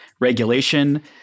regulation